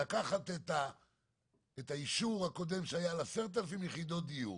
לקחת את האישור הקודם שהיה ל-10,000 יחידות דיור